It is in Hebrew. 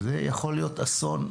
זה יכול אסון.